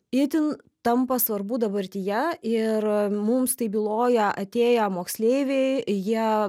itin tampa svarbu dabartyje ir mums tai byloja atėję moksleiviai jie